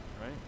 Right